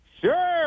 Sure